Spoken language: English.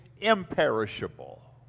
imperishable